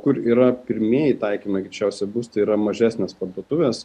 kur yra pirmieji taikymai greičiausia bus tai yra mažesnės parduotuvės